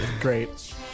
Great